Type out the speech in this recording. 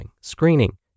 screening